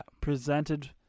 presented